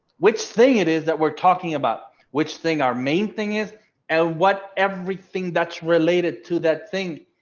which thing it is that we're talking about which thing our main thing is and what everything that's related to that thing.